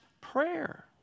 prayer